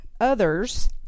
others